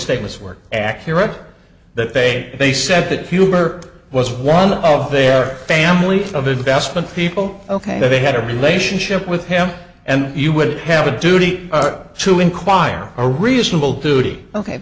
statements were accurate that they they said that hubert was one of their family of investment people ok so they had a relationship with him and you would have a duty to inquire a reasonable duty ok